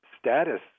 status